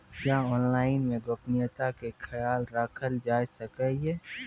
क्या ऑनलाइन मे गोपनियता के खयाल राखल जाय सकै ये?